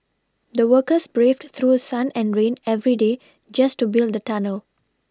the workers braved through sun and rain every day just to build the tunnel